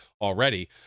already